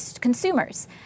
consumers